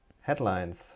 Headlines